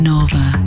Nova